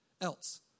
else